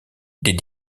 des